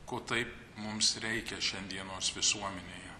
ko taip mums reikia šiandienos visuomenėje